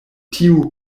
tiu